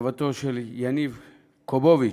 כתבתו של יניב קובוביץ: